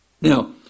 Now